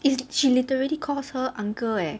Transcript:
is she literally calls her uncle eh